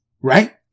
right